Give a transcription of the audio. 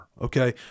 Okay